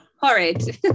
Horrid